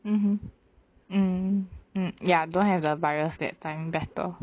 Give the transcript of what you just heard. mmhmm mm mm ya don't have the virus that time better